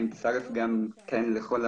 אני מצטרף לברכות.